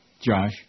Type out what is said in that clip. Josh